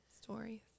stories